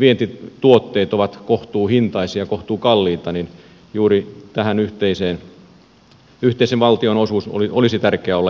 vientituotteet ovat kohtuuhintaisia kohtuukalliita juuri yhteisen valtionosuuden olisi tärkeä olla isompi